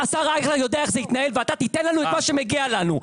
חבר הכנסת אייכלר יודע איך זה התנהל ואתה תיתן לנו את מה שמגיע לנו.